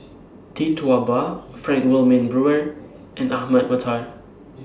Tee Tua Ba Frank Wilmin Brewer and Ahmad Mattar